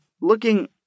looking